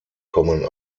kommen